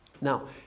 Now